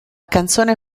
canzone